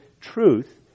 truth